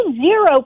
zero